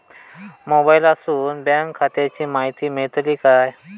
मोबाईलातसून बँक खात्याची माहिती मेळतली काय?